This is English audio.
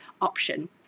option